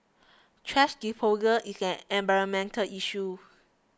thrash disposal is an environmental issue